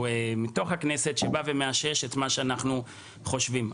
התוך הכנסת ובא ומאשש את מה שאנחנו חושבים.